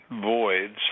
voids